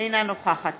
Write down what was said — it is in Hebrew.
אינה נוכחת